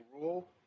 rule